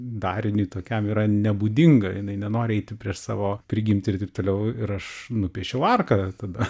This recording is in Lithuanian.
dariniui tokiam yra nebūdinga jinai nenori eiti prieš savo prigimtį ir taip toliau ir aš nupiešiau arką tada